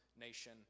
nation